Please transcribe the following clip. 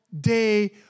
Day